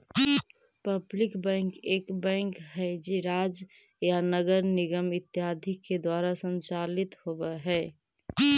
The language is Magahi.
पब्लिक बैंक एक बैंक हइ जे राज्य या नगर निगम इत्यादि के द्वारा संचालित होवऽ हइ